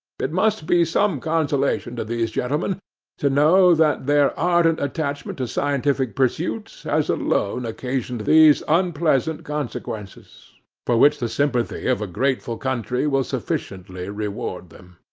it must be some consolation to these gentlemen to know that their ardent attachment to scientific pursuits has alone occasioned these unpleasant consequences for which the sympathy of a grateful country will sufficiently reward them.